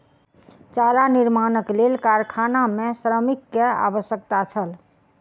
चारा निर्माणक लेल कारखाना मे श्रमिक के आवश्यकता छल